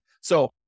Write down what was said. So-